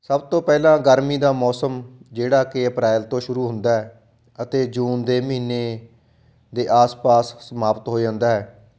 ਸਭ ਤੋਂ ਪਹਿਲਾਂ ਗਰਮੀ ਦਾ ਮੌਸਮ ਜਿਹੜਾ ਕਿ ਅਪ੍ਰੈਲ ਤੋਂ ਸ਼ੁਰੂ ਹੁੰਦਾ ਹੈ ਅਤੇ ਜੂਨ ਦੇ ਮਹੀਨੇ ਦੇ ਆਸ ਪਾਸ ਸਮਾਪਤ ਹੋ ਜਾਂਦਾ ਹੈ